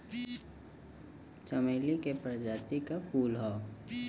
चमेली के प्रजाति क फूल हौ